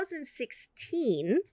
2016